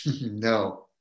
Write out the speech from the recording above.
No